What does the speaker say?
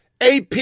AP